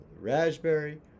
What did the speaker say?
raspberry